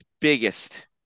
biggest